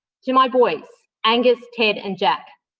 to my boys, angus, ted and jack.